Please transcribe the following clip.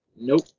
Nope